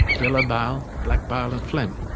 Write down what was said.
yellow bile, black bile, and phlegm.